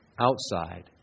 outside